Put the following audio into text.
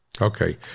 Okay